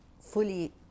fully